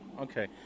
Okay